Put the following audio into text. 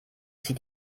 zieht